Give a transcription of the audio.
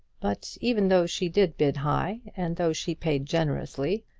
but even though she did bid high, and though she paid generously,